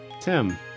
Tim